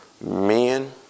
Men